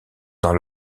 dans